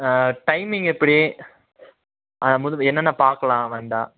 ஆ timing எப்படி ஆ என்ன என்ன பார்க்கலாம் வந்தால்